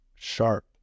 Sharp